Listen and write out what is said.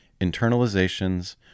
internalizations